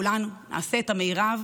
כולנו נעשה את המרב